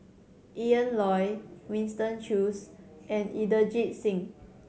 Ian Loy Winston Choos and Inderjit Singh